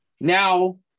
Now